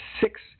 six